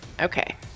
Okay